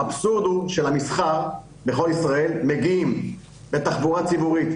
האבסורד הוא שלמסחר בכל ישראל מגיעים בתחבורה ציבורית,